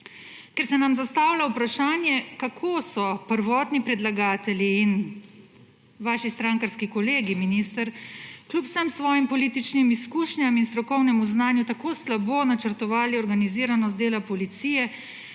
Ker se nam zastavlja vprašanje, kako so prvotni predlagatelji in vaši strankarski kolegi, minister, kljub vsem svojim političnim izkušnjam in strokovnemu znanju tako slabo načrtovali organiziranost dela policije,